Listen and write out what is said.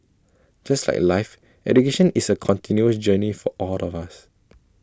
just like life education is A continuous journey for all of us